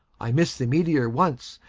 i mist the meteor once,